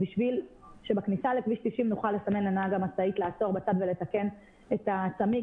בשביל שבכניסה לכביש 90 נוכל לסמן לנהג המשאית לעצור בצד ולתקן את הצמיג